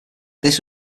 this